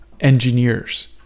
engineers